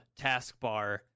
taskbar